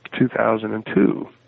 2002